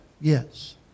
Yes